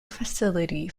facility